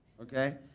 Okay